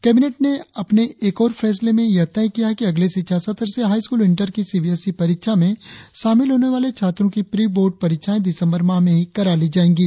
cabinet ने अपने एक और फैसले में यह तय किया कि अगले शिक्षा सत्र से हाईस्कूल और इंटर की सीबीएसई परीक्षा में शामिल होने छात्रों की प्री बोर्ड परीक्षाए दिसंबर माह में ही करा ली जाएंगी